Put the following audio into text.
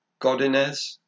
Godinez